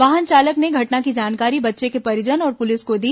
वाहन चालक ने घटना की जानकारी बच्चे के परिजन और पुलिस को दी